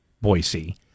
Boise